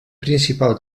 principal